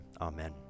amen